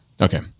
okay